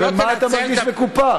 במה אתה מרגיש מקופח?